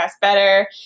better